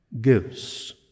gives